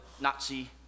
Nazi